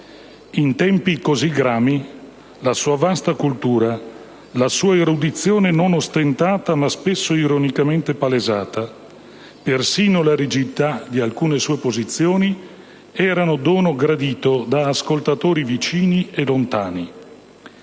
In tempi così grami, la sua vasta cultura, la sua erudizione non ostentata, ma spesso ironicamente palesata, persino la rigidità di alcune sue posizioni erano dono gradito da ascoltatori vicini e lontani.